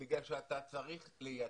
בגלל שאתה צריך לייתר,